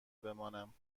بمانم